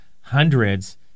hundreds